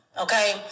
okay